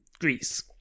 Greece